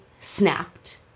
snapped